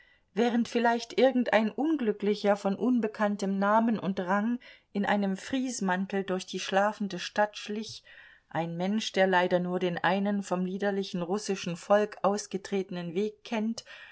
während vielleicht irgendein unglücklicher von unbekanntem namen und rang in einem friesmantel durch die schlafende stadt schlich ein mensch der leider nur den einen vom liederlichen russischen volk ausgetretenen weg kennt